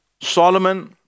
Solomon